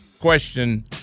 question